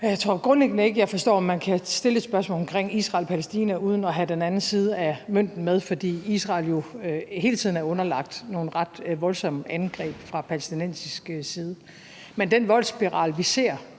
Jeg tror grundlæggende ikke, at jeg forstår, at man kan stille et spørgsmål omkring Israel-Palæstina uden at have den anden side af mønten med, fordi Israel jo hele tiden er underlagt nogle ret voldsomme angreb fra palæstinensisk side. Men den voldsspiral, vi ser